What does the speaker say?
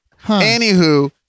Anywho